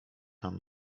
tam